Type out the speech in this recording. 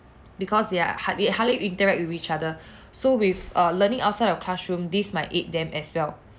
because they're hardly hardly interact with each other so with uh learning outside of classroom this might aid them as well